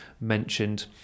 mentioned